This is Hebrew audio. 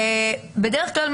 ובדרך כלל,